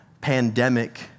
pandemic